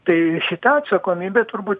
tai šita atsakomybė turbūt